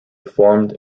formed